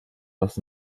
was